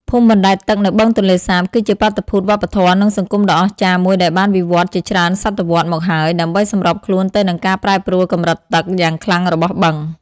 ភូមិបណ្ដែតទឹកនៅបឹងទន្លេសាប គឺជាបាតុភូតវប្បធម៌ និងសង្គមដ៏អស្ចារ្យមួយដែលបានវិវត្តន៍ជាច្រើនសតវត្សរ៍មកហើយ ដើម្បីសម្របខ្លួនទៅនឹងការប្រែប្រួលកម្រិតទឹកយ៉ាងខ្លាំងរបស់បឹង។